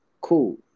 cool